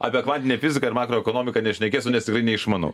apie kvantinę fiziką ir makroekonomiką nešnekėsiu nes neišmanau